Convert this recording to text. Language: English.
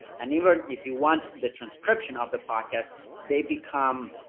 and even if you want the transcription of the podcasts they become,